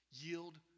Yield